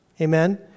Amen